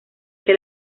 que